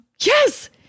yes